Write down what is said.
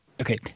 okay